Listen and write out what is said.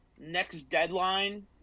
next-deadline